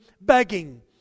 begging